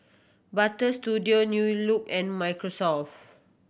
Butter Studio New Look and Microsoft